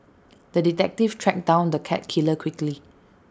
the detective tracked down the cat killer quickly